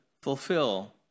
Fulfill